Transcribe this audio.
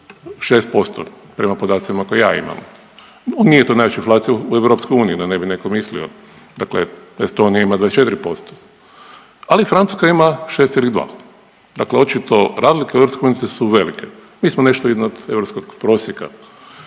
6% prema podacima koje ja imam. Nije to najveća inflacija u EU da ne bi neko mislio, dakle Estonija ima 24%, ali Francuska ima 6,2, dakle očito razlike u EU su velike, mi smo nešto iznad europskog prosjeka.